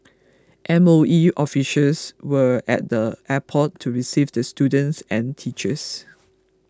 M O E officials were at the airport to receive the students and teachers